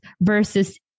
versus